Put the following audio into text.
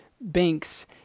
banks